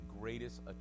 greatest